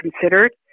considered